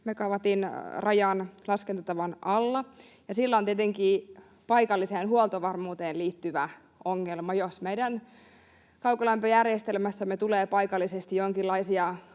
megawatin rajan laskentatavan alla, ja sillä on tietenkin paikalliseen huoltovarmuuteen liittyvä ongelma. Jos meidän kaukolämpöjärjestelmässämme tulee paikallisesti jonkinlaisia